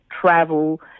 travel